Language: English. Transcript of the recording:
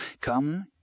Come